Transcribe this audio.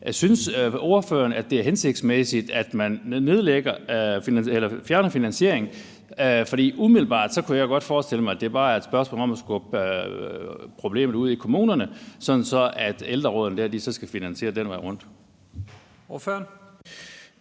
Synes ordføreren, at det er hensigtsmæssigt, at man fjerner finansiering? For umiddelbart kunne jeg godt forestille mig, at det var et spørgsmål om at skubbe problemet ud i kommunerne, sådan at ældrerådene dér så skal finansiere det den vej rundt. Kl.